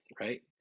Right